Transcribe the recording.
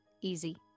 easy